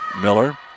Miller